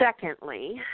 Secondly